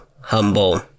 humble